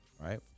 Right